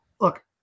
look